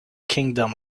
kingdom